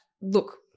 look